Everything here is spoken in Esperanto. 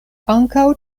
ankaŭ